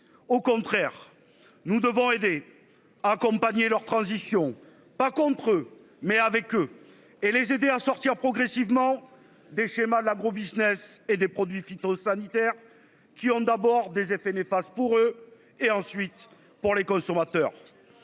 au contraire, nous devons aider. Accompagner leur transition pas contre eux, mais avec eux et les aider à sortir progressivement des schémas l'agrobusiness et des produits phytosanitaires. Qui ont d'abord des effets néfastes pour eux et ensuite pour les consommateurs.